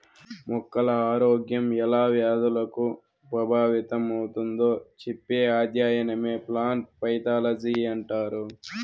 మొక్కల ఆరోగ్యం ఎలా వ్యాధులకు ప్రభావితమవుతుందో చెప్పే అధ్యయనమే ప్లాంట్ పైతాలజీ అంటారు